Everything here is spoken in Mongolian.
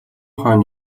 хойно